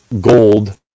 gold